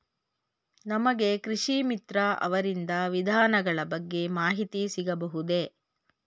ನಮಗೆ ಕೃಷಿ ಮಿತ್ರ ಅವರಿಂದ ವಿಧಾನಗಳ ಬಗ್ಗೆ ಮಾಹಿತಿ ಸಿಗಬಹುದೇ?